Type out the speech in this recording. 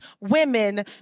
women